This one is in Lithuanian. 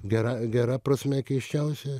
gerąj gera prasme keisčiausia